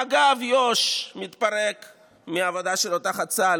מג"ב יו"ש מתפרק מהעבודה שלו תחת צה"ל